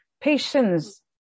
Patience